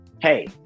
Hey